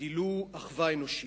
וגילו אחווה אנושית.